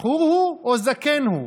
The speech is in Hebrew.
בחור הוא או זקן הוא?